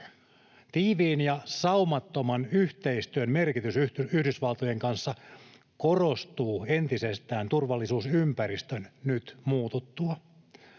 Tiiviin ja saumattoman yhteistyön merkitys Yhdysvaltojen kanssa korostuu entisestään turvallisuusympäristön nyt muututtua.